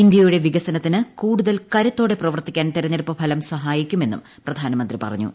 ഇന്ത്യയുടെ വികസനത്തിന് കൂടുതൽ കരുത്തോടെ പ്രവർത്തിക്കാൻ തിരഞ്ഞെടുപ്പു ഫലം സഹായിക്കുമെന്നും പ്രധാനമന്ത്രി പറഞ്ഞു